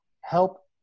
Help